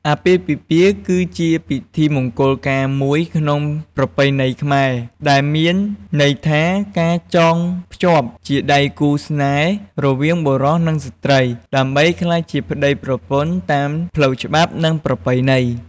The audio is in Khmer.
អាពាហ៍ពិពាហ៍ គឺជាពិធីមង្គលការមួយក្នុងប្រពៃណីខ្មែរ ដែលមានន័យថា ការចងភ្ជាប់ជាដៃគូរស្នេហ៍រវាងបុរស និងស្ត្រី ដើម្បីក្លាយជាប្ដីប្រពន្ធតាម ផ្លូវច្បាប់ និងប្រពៃណី។